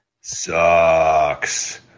sucks